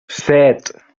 set